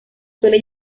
suele